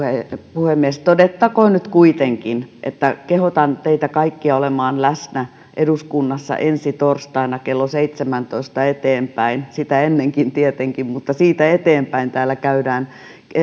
puhemies todettakoon nyt kuitenkin että kehotan teitä kaikkia olemaan läsnä eduskunnassa ensi torstaina klo seitsemästätoista eteenpäin sitä ennenkin tietenkin mutta siitä eteenpäin täällä käydään